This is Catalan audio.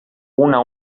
una